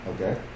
okay